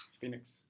Phoenix